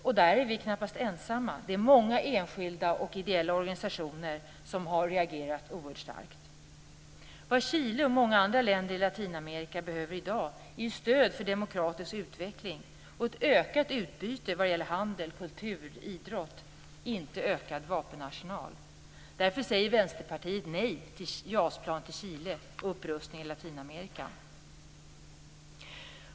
Och där är vi knappast ensamma. Det är många enskilda och ideella organisationer som har reagerat oerhört starkt. Vad Chile och många andra länder i Latinamerika behöver i dag är stöd för demokratisk utveckling och ett ökat utbyte vad gäller handel, kultur och idrott - inte ökad vapenarsenal. Därför säger Vänsterpartiet nej till JAS-plan till Chile och upprustning i Latinamerika.